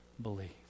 believe